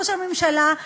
ראש הממשלה,